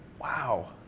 Wow